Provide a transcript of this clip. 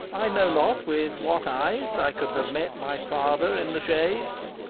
i know not with what eyes i could have met my father in the shades,